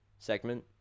segment